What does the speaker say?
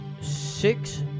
six